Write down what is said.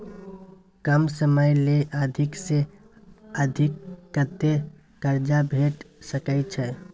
कम समय ले अधिक से अधिक कत्ते कर्जा भेट सकै छै?